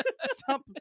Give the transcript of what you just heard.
Stop